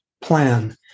plan